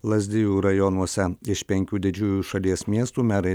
lazdijų rajonuose iš penkių didžiųjų šalies miestų merai